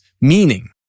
meaning